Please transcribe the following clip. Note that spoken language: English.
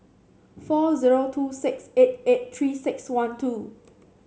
four zero two six eight eight Three six one two